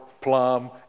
plum